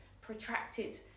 protracted